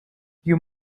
you